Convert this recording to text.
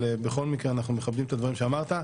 בכל מקרה, אנחנו מכבדים את הדברים שאמרת.